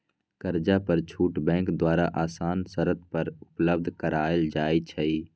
कर्जा पर छुट बैंक द्वारा असान शरत पर उपलब्ध करायल जाइ छइ